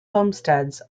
homesteads